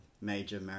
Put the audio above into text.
major